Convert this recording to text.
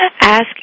ask